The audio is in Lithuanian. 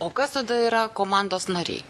o kas tada yra komandos nariai